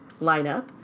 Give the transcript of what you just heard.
lineup